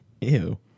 ew